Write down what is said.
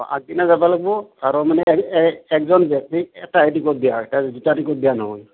আগদিনা যাব লাগিব আৰু মানে এক একজন ব্যক্তিক এটাহে টিকট দিয়া হয় দুটা টিকট দিয়া নহয়